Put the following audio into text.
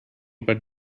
but